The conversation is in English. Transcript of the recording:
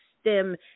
stem